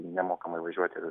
nemokamai važiuoti ir